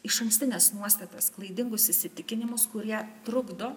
išankstines nuostatas klaidingus įsitikinimus kurie trukdo